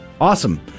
awesome